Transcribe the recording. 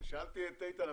שאלתי את איתן,